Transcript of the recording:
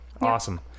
Awesome